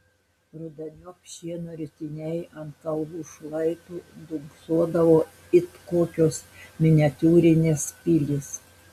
rudeniop šieno ritiniai ant kalvų šlaitų dunksodavo it kokios miniatiūrinės pilys